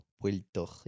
Puerto